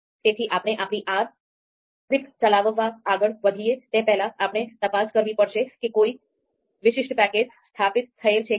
તેથી આપણે આપણી R સ્ક્રિપ્ટ ચલાવવા આગળ વધીએ તે પહેલાં આપણે તપાસ કરવી પડશે કે કોઈ વિશિષ્ટ પેકેજ સ્થાપિત થયેલ છે કે નહીં